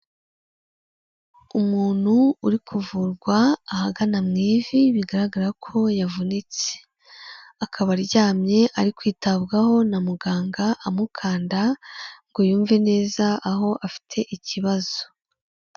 Umuntu uri kuvurwa ahagana mu ivi, bigaragara ko yavunitse, akaba aryamye ari kwitabwaho na muganga amukanda, ngo yumve neza aho afite ikibazo.